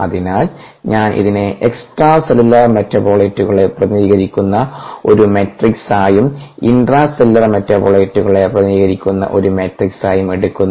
അതിനാൽ ഞാൻ ഇതിനെ എക്സ്ട്രാ സെല്ലുലാർ മെറ്റബോളിറ്റുകളെ പ്രതിനിധീകരിക്കുന്ന ഒരു മാട്രിക്സായും ഇൻട്രാ സെല്ലുലാർ മെറ്റബോളിറ്റുകളെ പ്രതിനിധീകരിക്കുന്ന ഒരു മാട്രിക്സായും എടുക്കുന്നു